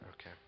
Okay